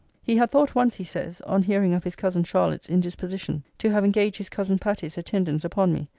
he had thought once, he says, on hearing of his cousin charlotte's indisposition, to have engaged his cousin patty's attendance upon me,